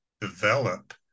develop